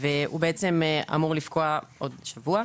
הוא בעצם אמור לפקוע עוד שבוע,